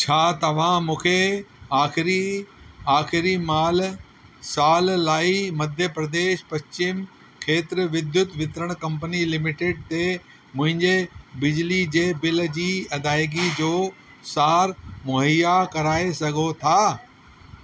छा तव्हां मूंखे आख़िरी आख़िरी माल साल लाइ मध्य प्रदेश पश्चिम खेत्र विद्युत वितरण कम्पनी लिमिटेड ते मुंहिंजे बिजली जे बिल जी अदाइगी जो सार मुहैया करे सघो था